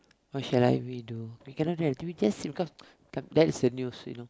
or shall I redo we cannot do anything that is a news you know